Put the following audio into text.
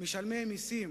משלמי מסים